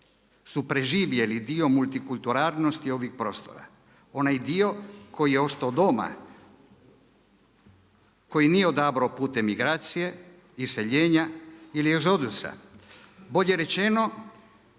preživjele dio multikulturalnosti ovih prostora, onaj dio koji je ostao doma, koji nije odabrao putem migracije, iseljenja ili egzodusa, bolje rečeno